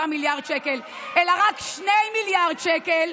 גם אם לא הצליחו להעביר את כל ה-53 מיליארד שקל אלא רק 2 מיליארד שקל,